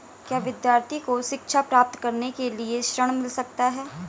क्या विद्यार्थी को शिक्षा प्राप्त करने के लिए ऋण मिल सकता है?